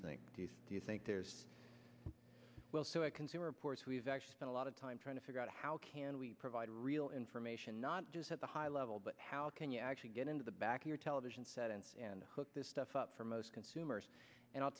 think do you think there's also a consumer reports we've actually spent a lot of time trying to figure out how can we provide real information not just at the high level but how can you actually get into the back of your television set and hook this stuff up for most consumers and i'll